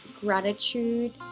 gratitude